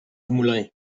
dumoulin